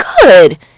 good